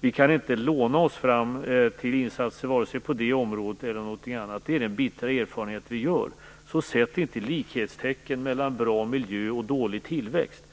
Vi kan inte låna oss fram till insatser, vare sig på det området eller något annat. Det är den bittra erfarenhet vi gör. Så sätt inte likhetstecken mellan bra miljö och dålig tillväxt!